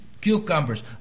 cucumbers